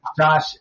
Josh